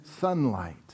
sunlight